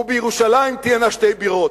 ובירושלים תהיינה שתי בירות.